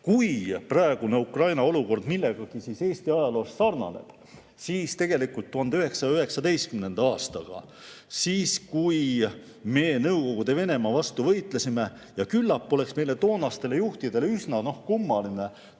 Kui praegune Ukraina olukord millegagi Eesti ajaloos sarnaneb, siis tegelikult 1919. aastaga, kui me Nõukogude Venemaa vastu võitlesime. Ja küllap oleks meie toonastele juhtidele üsna kummaline